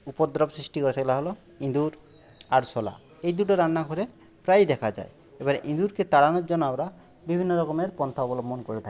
উপদ্রব সৃষ্টি করে সেগুলা হল ইঁদুর আরশোলা এই দুটো রান্নাঘরে প্রায়ই দেখা যায় এবার ইঁদুরকে তাড়ানোর জন্য আমরা বিভিন্ন রকমের পন্থা অবলম্বন করে থাকি